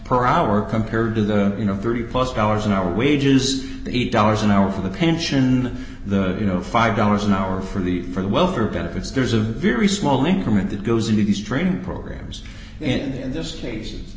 per hour compared to the university plus dollars an hour wages eight dollars an hour for the pension the you know five dollars an hour for the for the welfare benefits there's a very small increment that goes into these training programs and in this case